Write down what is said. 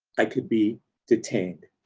i could be detained.